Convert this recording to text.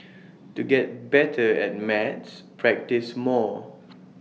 to get better at maths practise more